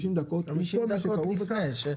היא מקבלת 50 דקות לפני הודעה,